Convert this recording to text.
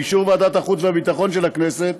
באישור ועדת החוץ והביטחון של הכנסת,